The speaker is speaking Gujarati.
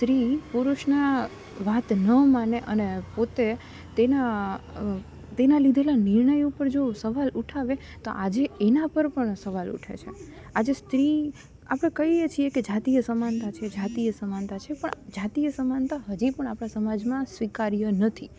સ્ત્રી પુરુષની વાત ન માને અને પોતે તેના તેના લીધેલા નિર્ણય ઉપર જો સવાલ ઉઠાવે તો આજે એના પર પણ સવાલ ઊઠે છે આજે સ્ત્રી આપણે કહીએ છીએ કે જાતીય સમાનતા છે જાતીય સમાનતા છે પણ જાતીય સમાનતા હજી પણ આપણા સમાજમાં સ્વીકાર્ય નથી